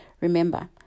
remember